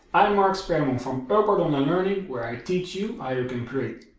i'm mark sperman from ah purple and and learning where i teach you io degree.